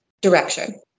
direction